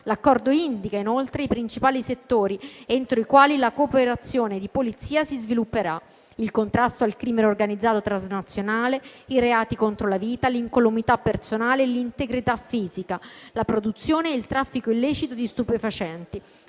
L'Accordo indica inoltre i principali settori entro i quali la cooperazione di polizia si svilupperà: il contrasto al crimine organizzato transnazionale, i reati contro la vita, l'incolumità personale e l'integrità fisica, la produzione e il traffico illecito di stupefacenti,